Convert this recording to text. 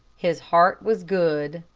his heart was good,